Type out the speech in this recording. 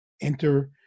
enter